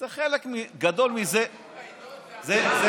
חלק גדול מזה, כתוב בעיתון זה אמירה?